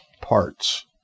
parts